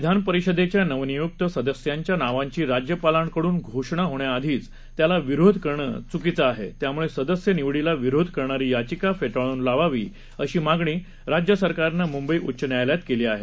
विधान परिषदेच्या नवनियुक्त सदस्यांच्या नावांची राज्यपालांकडून घोषणा होण्याआधीच त्याला विरोध करणं चुकीचं आहे त्यामुळे सदस्य निवडीला विरोध करणारी याचिका फेटाळून लावावी अशी मागणी राज्य सरकारनं मुंबई उच्च न्यायालयात केली आहे